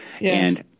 Yes